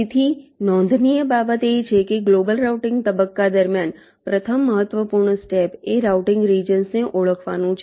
તેથી નોંધનીય બાબત એ છે કે ગ્લોબલ રાઉટીંગ તબક્કા દરમિયાન પ્રથમ મહત્વપૂર્ણ સ્ટેપ એ રાઉટીંગ રિજન્સ ને ઓળખવાનું છે